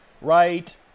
right